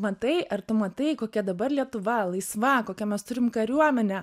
matai ar tu matai kokia dabar lietuva laisva kokią mes turim kariuomenę